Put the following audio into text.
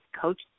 Coach